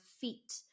feet